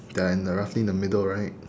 they are in the roughly in the middle right